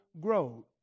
growth